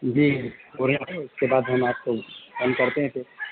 جی پورنیہ اس کے بعد ہم آپ کو ہم کرتے ہیں پھر